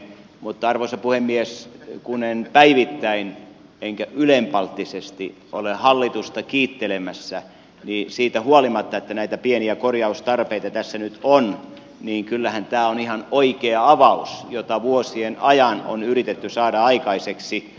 mutta arvoisa puhemies kun en päivittäin enkä ylenpalttisesti ole hallitusta kiittelemässä niin siitä huolimatta että näitä pieniä korjaustarpeita tässä nyt on kyllähän tämä on ihan oikea avaus jota vuosien ajan on yritetty saada aikaiseksi